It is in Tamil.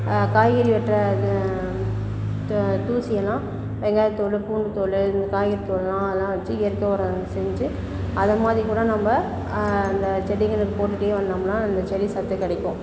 காய்கறி வெட்டுற இந்த தூசி எல்லாம் வெங்காயத்தோல் பூண்டுத்தோல் இந்த காய்கறி தோலுலாம் அதைலாம் வச்சு இயற்கை உரம் செஞ்சு அது மாதிரி கூட நம்ம அந்த செடிகளுக்கு போட்டுட்டே வந்தோம்னா அந்தச் செடி சத்து கிடைக்கும்